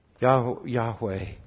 Yahweh